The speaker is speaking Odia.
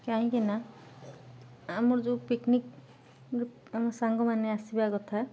କାହିଁକିନା ଆମର ଯେଉଁ ପିକ୍ନିକ୍ ଆମ ସାଙ୍ଗମାନେ ଆସିବା କଥା